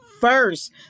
first